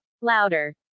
louder